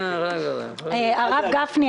הרב גפני,